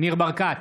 ניר ברקת,